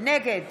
נגד